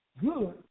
good